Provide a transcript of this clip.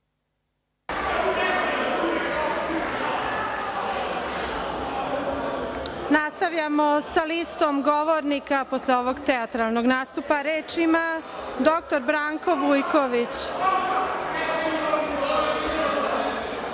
Nastavljamo sa listom govornika posle ovog teatralnog nastupa. Reč ima dr Branko Vujković.